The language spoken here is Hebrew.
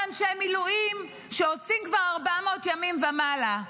אנשי מילואים שעושים כבר 400 ימים ומעלה.